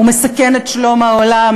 הוא מסכן את שלום העולם,